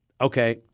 Okay